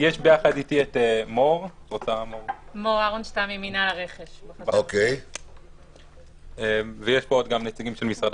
יש ביחד איתי את מור אהרנשטם ממינהל הרכש ויש פה גם נציגים ממשרד